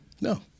No